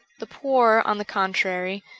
the poor, on the contrary,